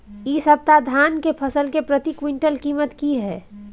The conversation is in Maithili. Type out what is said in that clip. इ सप्ताह धान के फसल के प्रति क्विंटल कीमत की हय?